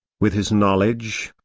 with his knowledge,